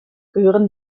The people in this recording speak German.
gehören